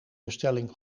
bestelling